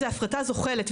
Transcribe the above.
זו הפרטה זוחלת,